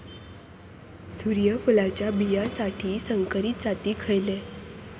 सूर्यफुलाच्या बियानासाठी संकरित जाती खयले?